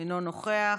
אינו נוכח,